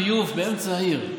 עובר שם, עובר שם ביוב באמצע העיר.